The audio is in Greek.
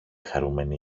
χαρούμενη